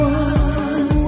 one